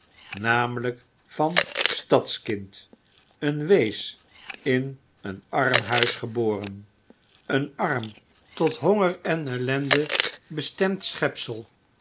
namelijk van stadskind een wees in een armhuis geboren een arm tot honger en ellende bestemd schepsel